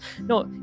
no